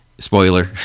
Spoiler